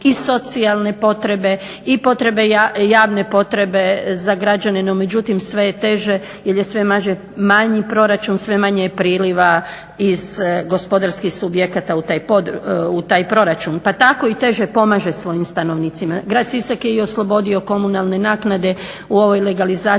i socijalne potrebe i potrebe, javne potrebe za građane. No međutim sve je teže jer je sve manji proračun, sve manje je priliva iz gospodarskih subjekata u taj proračun, pa tako i teže pomaže svojim stanovnicima. Grad Sisak je i oslobodio komunalne naknade u ovoj legalizaciji